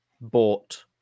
bought